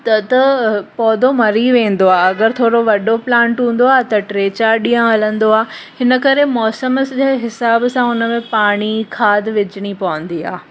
त त पौधो मरी वेंदो आहे अगरि थोरो वॾो प्लांट हूंदो आहे त टे चार ॾींहं हलंदो आहे हिन करे मौसम सॼे जे हिसाबु सां हुनमें पाणी खाद विझिणी पवंदी आहे